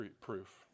proof